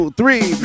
three